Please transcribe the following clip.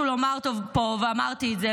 אז באמת יש לי משהו לומר פה, ואמרתי את זה.